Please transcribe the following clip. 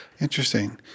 Interesting